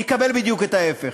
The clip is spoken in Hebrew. יקבל בדיוק את ההפך.